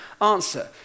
answer